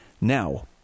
Now